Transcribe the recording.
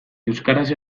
euskaraz